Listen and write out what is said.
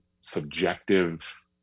subjective